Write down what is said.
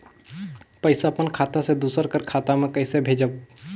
पइसा अपन खाता से दूसर कर खाता म कइसे भेजब?